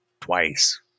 twice